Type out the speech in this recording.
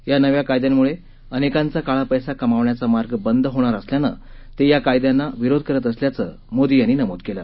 या नव्या कायद्यांमुळे अनेकांचा काळा पैसा कमावण्याचा मार्ग बंद होणार असल्यानं ते या कायद्यांना विरोध करत असल्याचं मोदी यांनी नमूद केलं